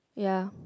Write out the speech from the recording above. yeah